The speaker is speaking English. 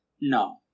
No